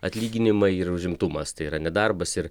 atlyginimai ir užimtumas tai yra nedarbas ir